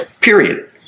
Period